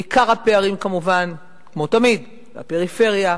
עיקר הפערים כמובן, כמו תמיד, הם בפריפריה.